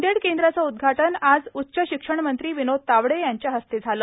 नांदेडच्या सेंटरचं उद्घाटन आज उच्च शिक्षण मंत्री विनोद तावडे यांच्या हस्ते झालं